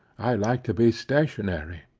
i like to be stationary.